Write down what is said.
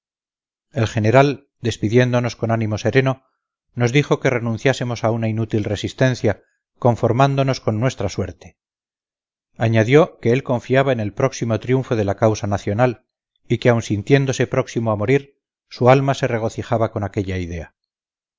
el general despidiéndonos con ánimo sereno nos dijo que renunciásemos a una inútil resistencia conformándonos con nuestra suerte añadió que él confiaba en el próximo triunfo de la causa nacional y que aun sintiéndose próximo a morir su alma se regocijaba con aquella idea